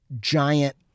Giant